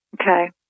Okay